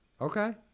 Okay